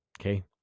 okay